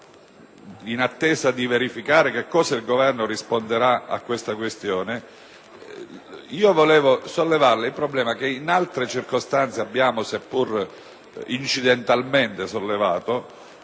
in attesa di verificare cosa il Governo risponderà sulla questione, vorrei sollevare il problema, che in altra circostanza abbiamo seppur incidentalmente fatto